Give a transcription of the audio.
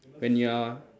when you are